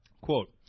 Quote